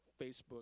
Facebook